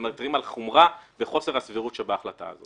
והתרענו על החומרה ועל חוסר הסבירות שבהחלטה הזאת.